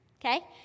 Okay